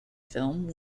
film